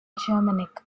germanic